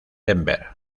denver